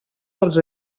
dels